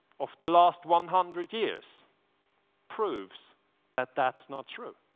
of the last one hundred years prove that that's not true.